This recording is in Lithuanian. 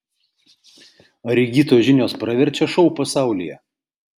ar įgytos žinios praverčia šou pasaulyje